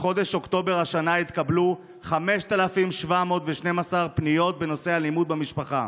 חודש אוקטובר השנה התקבלו 5,712 פניות בנושא אלימות במשפחה,